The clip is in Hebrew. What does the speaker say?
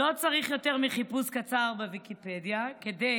לא צריך יותר מחיפוש קצר בוויקיפדיה כדי